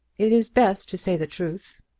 it is best to say the truth.